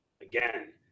again